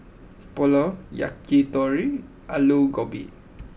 Pulao Yakitori and Alu Gobi